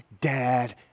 dad